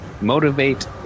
motivate